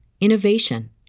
innovation